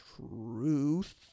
Truth